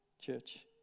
Church